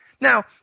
Now